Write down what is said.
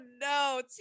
no